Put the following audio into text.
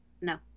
no